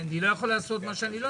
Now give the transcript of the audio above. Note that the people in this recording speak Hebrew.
אני לא יכול לעשות מה שאני לא יכול.